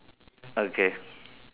okay